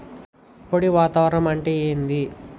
పొడి వాతావరణం అంటే ఏంది?